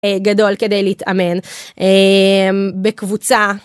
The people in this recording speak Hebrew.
גדול כדי להתאמן בקבוצה.